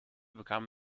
bekam